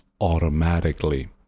automatically